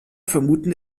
vermuten